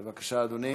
בבקשה, אדוני.